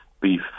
beef